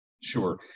Sure